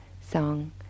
song